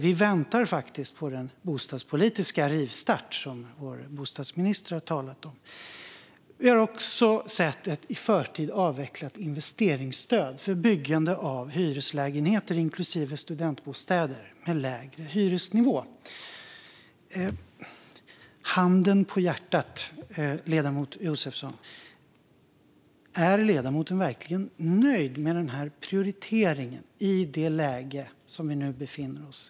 Vi väntar faktiskt på den bostadspolitiska rivstart som vår bostadsminister har talat om. Vi har också sett ett i förtid avvecklat investeringsstöd för byggande av hyreslägenheter, inklusive studentbostäder, med lägre hyresnivå. Handen på hjärtat, ledamoten Josefsson! Är ledamoten verkligen nöjd med dessa prioriteringar i det läge som vi nu befinner oss i?